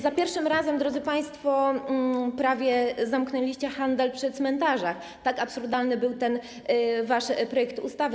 Za pierwszym razem, drodzy państwo, prawie zamknęliście handel przy cmentarzach, tak absurdalny był wasz projekt ustawy.